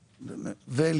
שקל.